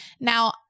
Now